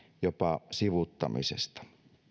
jopa sivuuttamisesta